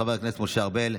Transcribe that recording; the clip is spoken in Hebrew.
חבר הכנסת משה ארבל,